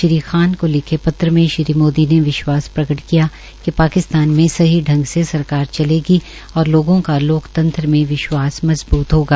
श्री खान को लिखे पत्रमें श्री मोदी ने विश्वास प्रगट किया कि पाकिस्तान में सही ढंग से सरकार चलेगी और लोगों का लोकतंत्र में विश्वास मजबूत होगा